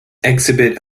exhibit